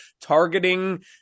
targeting